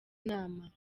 nama